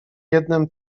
jednem